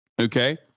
okay